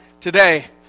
today